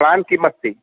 plan किमस्ति